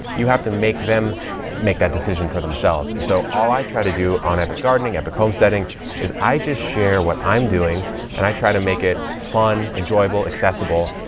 you have to make them make that decision for themselves. and so all i to do on epic gardening, epic homesteading is i just share what i'm doing and i try to make it fun, enjoyable, accessible.